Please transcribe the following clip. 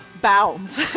bound